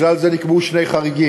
לכלל זה נקבעו שני חריגים: